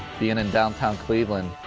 cnn downtown cleveland.